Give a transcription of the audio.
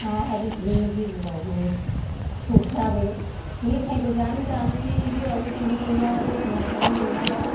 आरो बिनि गेजेरावबो फिसौफ्राबो मेथाइबो जानो गाबसै जेरावबो थांनो मोनला दखानाव थांनो मोनला